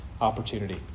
Opportunity